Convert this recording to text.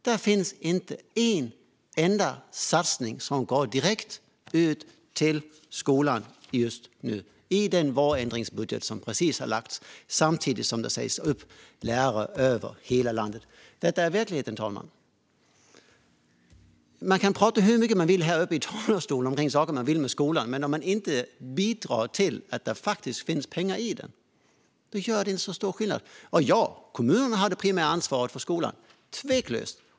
Det finns inte en enda satsning som går direkt ut till skolan i den vårändringsbudget som precis har lagts fram, samtidigt som det sägs upp lärare över hela landet. Detta är verkligheten, herr talman! Man kan prata hur mycket man vill här i talarstolen om saker man vill göra med skolan, men om man inte bidrar till att det finns pengar gör det inte så stor skillnad. Ja, kommunerna har det primära ansvaret för skolan - tveklöst.